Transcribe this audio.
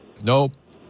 Nope